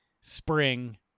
Spring